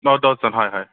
অ' দহজন হয় হয়